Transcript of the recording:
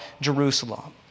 Jerusalem